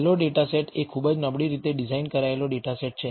છેલ્લો data set એ ખૂબ જ નબળી રીતે ડિઝાઇન કરેલો ડેટા સેટ છે